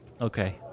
okay